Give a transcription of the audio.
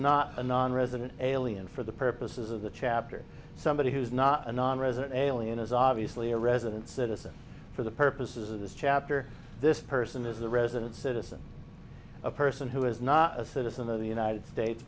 not a nonresident alien for the purposes of the chapter somebody who's not a nonresident alien is obviously a resident citizen for the purposes of this chapter this person is a resident citizen a person who is not a citizen of the united states